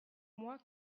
moi